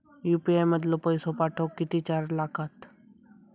UPI मधलो पैसो पाठवुक किती चार्ज लागात?